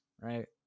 right